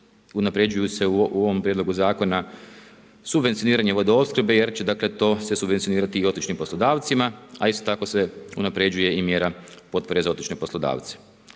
unapređuju se u ovom prijedlogu zakona subvencioniranje vodoopskrbe jer će dakle to se subvencionirati i otočnim poslodavcima, a isto tako se unapređuje i mjera potpore za otočne poslodavce.